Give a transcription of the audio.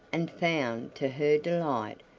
and found, to her delight,